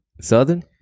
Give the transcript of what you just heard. Southern